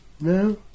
No